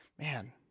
Man